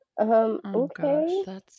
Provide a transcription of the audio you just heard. okay